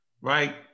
right